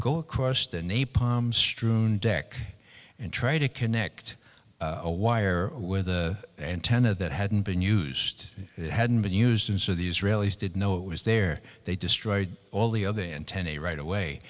go across the napalm strewn deck and try to connect a wire with the antenna that hadn't been used it hadn't been used and so the israelis did know it was there they destroyed all the other day and tenney right away